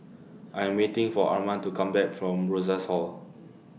I Am waiting For Arman to Come Back from Rosas Hall